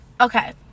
Okay